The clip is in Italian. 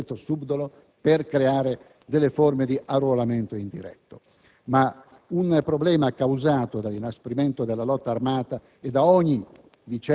ripeto, subdolo - per creare forme di arruolamento indiretto. Inoltre, un problema causato dall'inasprimento della lotta armata e da ogni